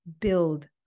build